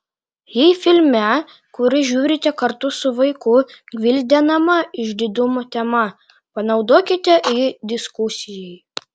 jei filme kurį žiūrite kartu su vaiku gvildenama išdidumo tema panaudokite jį diskusijai